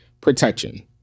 protection